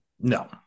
No